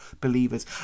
believers